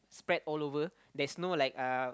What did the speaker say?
spread all over there's no like uh